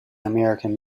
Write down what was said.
american